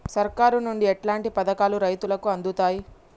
సర్కారు నుండి ఎట్లాంటి పథకాలు రైతులకి అందుతయ్?